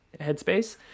headspace